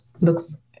looks